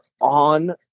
on